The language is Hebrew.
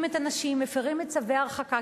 את הנשים ומפירים את צווי ההרחקה,